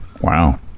Wow